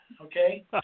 okay